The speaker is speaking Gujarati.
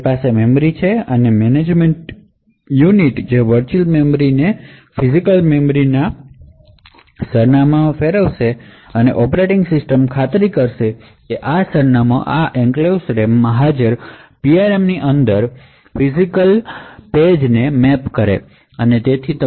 આપણી પાસે મેમરી મેનેજમેન્ટ યુનિટ છે જે વર્ચુઅલ મેમરીને ફિજિકલ મેમરી સરનામાંમાં ફેરવે છે અને ઑપરેટિંગ સિસ્ટમ ખાતરી કરશે કે સરનામાંઓ આ એન્ક્લેવ્સ રેમમાં હાજર PRM ની અંદર ફિજિકલપેજ ને મેપ કરે છે